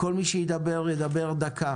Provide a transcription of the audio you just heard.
כל מי שיקבל רשות דיבור ידבר דקה.